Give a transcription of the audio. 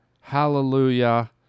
hallelujah